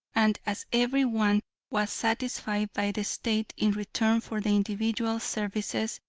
and as every want was satisfied by the state in return for the individual's services,